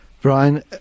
Brian